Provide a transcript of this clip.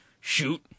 shoot